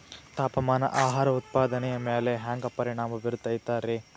ತಾಪಮಾನ ಆಹಾರ ಉತ್ಪಾದನೆಯ ಮ್ಯಾಲೆ ಹ್ಯಾಂಗ ಪರಿಣಾಮ ಬೇರುತೈತ ರೇ?